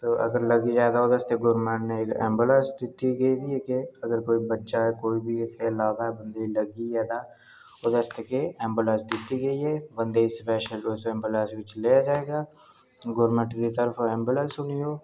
ते अगर लग्गी जा ते ओह्दे आस्तै गोरमैंट ने ऐम्बुलैंस दित्ती दी ऐ ते अगर कोई बच्चा कोई बी खेल्ला दा अगर बंदे गी लगदी ऐ ते ओह्दे आस्तै गोरमैंट ने ऐम्बुलैंस दित्ती दी ऐ बंदे गी स्पैशल उस ऐम्बुलैंस च लैता जाएगा गोरमैंट दी तरफा ऐम्बुलैंस होनी ओह्